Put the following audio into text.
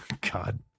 God